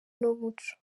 n’umuco